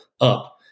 up